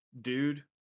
dude